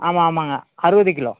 ஆமாம் ஆமாங்க அறுபது கிலோ